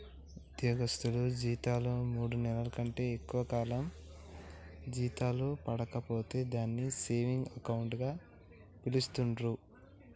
ఉద్యోగస్తులు జీతాలు మూడు నెలల కంటే ఎక్కువ కాలం జీతాలు పడక పోతే దాన్ని సేవింగ్ అకౌంట్ గా పిలుస్తాండ్రు